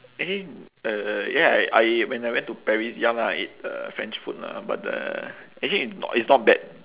actually uh ya I when I went to paris young ah I ate uh french food lah but the actually it it's not bad